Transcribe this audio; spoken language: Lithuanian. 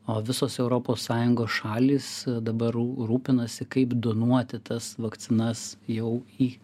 o visos europos sąjungos šalys dabar rū rūpinasi kaip donuoti tas vakcinas jau į